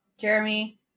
Jeremy